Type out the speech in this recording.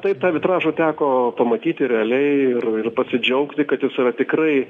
tave taip tą vitražą teko pamatyti realiai ir pasidžiaugti kad jisai yra tikrai